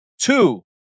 two